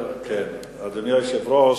אדוני היושב-ראש,